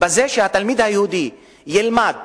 בזה שהתלמיד היהודי ילמד